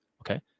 okay